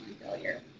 failure